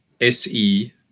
SE